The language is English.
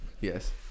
Yes